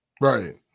right